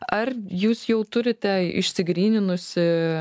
ar jūs jau turite išsigryninusi